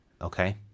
Okay